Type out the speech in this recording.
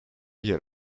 yer